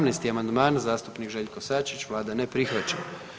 17. amandman zastupnik Željko Sačić vlada ne prihvaća.